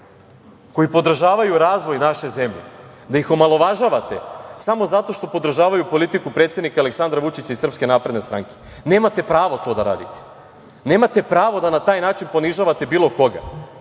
koji podržavaju razvoj naše zemlje, da ih omalovažavate samo zato što podržavaju politiku predsednika Aleksandra Vučića i SNS. Nemate pravo to da radite. Nemate pravo da na taj način ponižavate bilo koga.